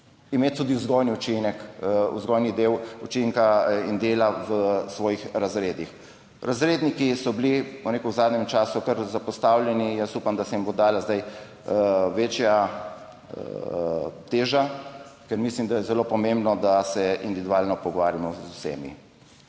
učinek, vzgojni del učinka in dela v svojih razredih. Razredniki so bili, bom rekel, v zadnjem času kar zapostavljeni. Jaz upam, da se jim bo dala zdaj večja teža, ker mislim, da je zelo pomembno, da se individualno pogovarjamo z vsemi.